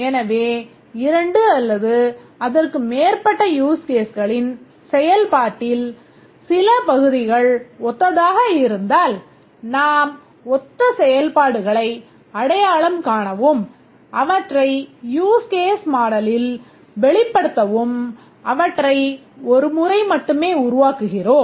எனவே இரண்டு அல்லது அதற்கு மேற்பட்ட யூஸ் கேஸ்களின் செயல்பாட்டின் சில பகுதிகள் ஒத்ததாக இருந்தால் நாம் ஒத்த செயல்பாடுகளை அடையாளம் காணவும் அவற்றை யூஸ் கேஸ் மாடலில் வெளிப்படுத்தவும் அவற்றை ஒரு முறை மட்டுமே உருவாக்குகிறோம்